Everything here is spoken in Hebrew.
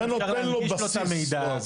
זה נותן לו בסיס כבר.